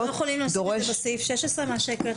דורש --- האם אנחנו לא יכולים להוסיף בסעיף 16 מה שהקראת